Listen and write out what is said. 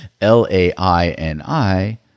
L-A-I-N-I